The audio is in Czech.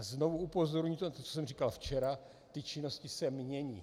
Znovu upozorňuji na to, co jsem říkal včera činnosti se mění.